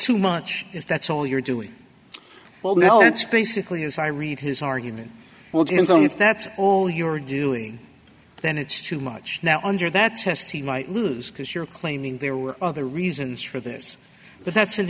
too much if that's all you're doing well no it's basically as i read his argument well depends on if that's all you're doing then it's too much now under that test he might lose because you're claiming there were other reasons for this but that's an